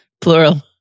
plural